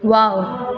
wow